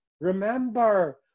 remember